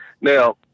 Now